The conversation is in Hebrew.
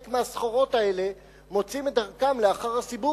כי חלק מהסחורות האלה מוצאות את דרכן לאחר הסיבוב